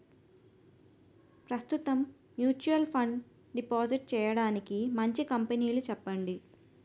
ప్రస్తుతం mutual fund deposit చేయడానికి మంచి కంపెనీలు చెప్పండి